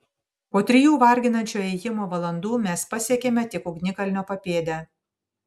po trijų varginančio ėjimo valandų mes pasiekėme tik ugnikalnio papėdę